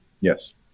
Yes